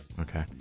okay